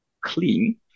clean